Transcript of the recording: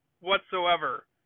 whatsoever